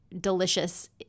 delicious